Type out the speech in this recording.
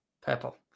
Purple